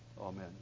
Amen